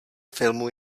filmu